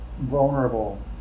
vulnerable